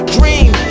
Dream